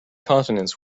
continents